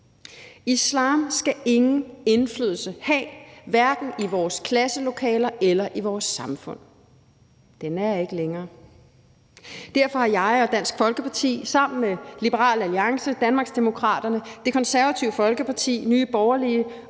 Islam skal ingen indflydelse have, hverken i vores klasselokaler eller i vores samfund. Den er ikke længere. Derfor har jeg og Dansk Folkeparti sammen med Liberal Alliance, Danmarksdemokraterne, Det Konservative Folkeparti, Nye Borgerlige